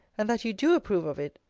and that you do approve of it,